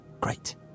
Great